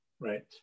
right